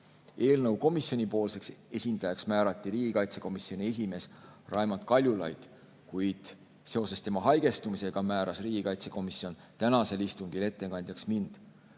Eelnõu komisjonipoolseks esindajaks määrati riigikaitsekomisjoni esimees Raimond Kaljulaid, kuid seoses tema haigestumisega määras riigikaitsekomisjon tänasel istungil ettekandjaks mind.